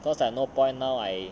cause like no point now I